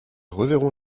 reverrons